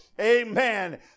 amen